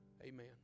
Amen